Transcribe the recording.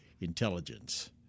intelligence